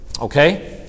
okay